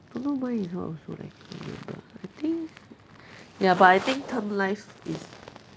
don't know mine is what also leh can't remember I think ya but I think term life is